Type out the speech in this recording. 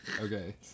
Okay